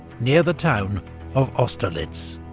near the town of austerlitz.